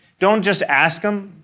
don't just ask them.